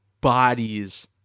bodies-